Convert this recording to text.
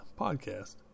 podcast